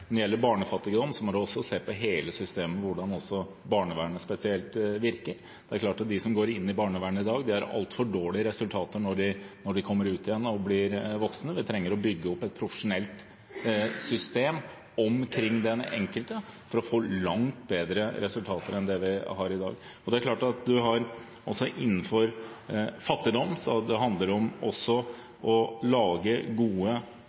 gjelder barnefattigdom, må vi se på hele systemet, også hvordan barnevernet spesielt virker. Det er klart at de som går inn i barnevernet i dag, har altfor dårlige resultater når de kommer ut igjen og blir voksne. Vi trenger å bygge opp et profesjonelt system omkring den enkelte for å få langt bedre resultater enn det vi har i dag. Også innenfor fattigdom handler det om å lage gode sosiale rammer som gjør at